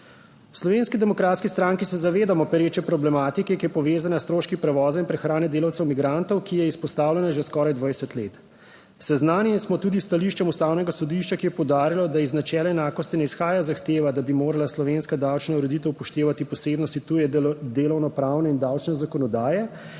V Slovenski demokratski stranki se zavedamo pereče problematike, ki je povezana s stroški prevoza in prehrane delavcev migrantov, ki je izpostavljena že skoraj 20 let. Seznanjeni smo tudi s stališčem Ustavnega sodišča, ki je poudarilo, da iz načela enakosti ne izhaja zahteva, da bi morala slovenska davčna ureditev upoštevati posebnosti tuje delovno pravne in davčne zakonodaje